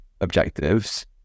objectives